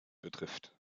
betrifft